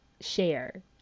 share